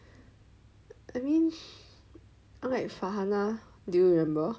I mean I'm like Farhana do you remember